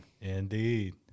Indeed